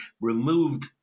removed